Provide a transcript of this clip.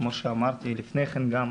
כמו שאמרתי לפני כן גם,